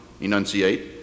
enunciate